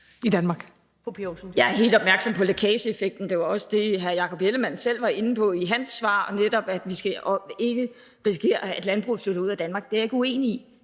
Jeg er helt opmærksom på lækageeffekten. Det var også det, hr. Jakob Ellemann-Jensen selv var inde på i sit svar, netop at vi ikke skal risikere, at landbruget flytter ud af Danmark. Det er jeg ikke uenig i.